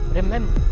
remember